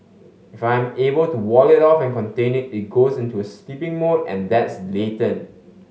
if I am able to wall it off and contain it it goes into a sleeping mode and that's latent